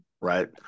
right